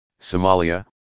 Somalia